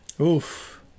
oof